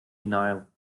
denial